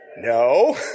No